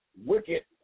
wicked